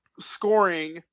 scoring